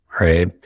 right